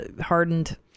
hardened